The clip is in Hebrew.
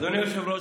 אדוני היושב-ראש,